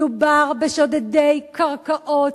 מדובר בשודדי קרקעות,